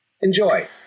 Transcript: Enjoy